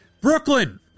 Brooklyn